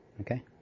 Okay